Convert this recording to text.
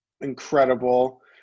incredible